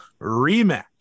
rematch